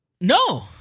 No